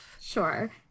Sure